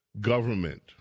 government